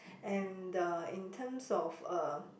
and the in terms of a